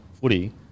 footy